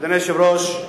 אדוני היושב-ראש,